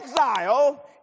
exile